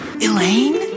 Elaine